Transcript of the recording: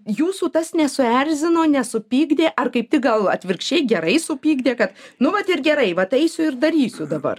jūsų tas nesuerzino nesupykdė ar kaip tik gal atvirkščiai gerai supykdė kad nu vat ir gerai vat eisiu ir darysiu dabar